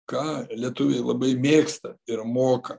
ką lietuviai labai mėgsta ir moka